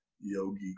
yogi